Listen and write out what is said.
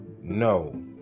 No